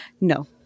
No